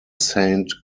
saint